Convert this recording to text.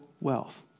wealth